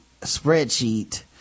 spreadsheet